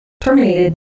Terminated